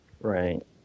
Right